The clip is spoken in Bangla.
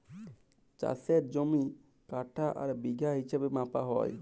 চাষের জমি কাঠা আর বিঘা হিছাবে মাপা হ্যয়